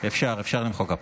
(מחיאות כפיים)